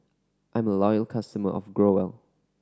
I'm a loyal customer of Growell